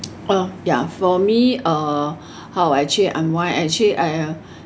oh ya for me uh how I actually unwind actually I uh